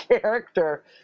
character